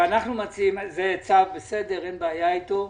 אין בעיה אתו.